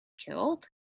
killed